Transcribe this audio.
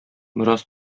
бераз